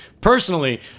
personally